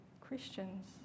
Christians